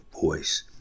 voice